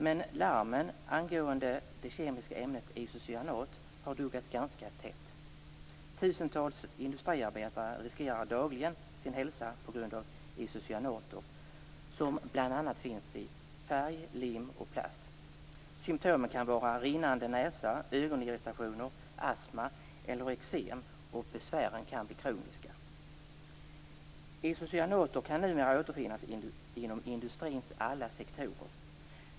Men larmen angående det kemiska ämnet isocyanat har duggat ganska tätt. Tusentals industriarbetare riskerar dagligen sin hälsa på grund av isocyanater som bl.a. finns i färg, lim och plast. Symtomen kan vara rinnande näsa, ögonirritationer, astma eller eksem och besvären kan bli kroniska. Isocyanater kan numera återfinnas inom industrins alla sektorer.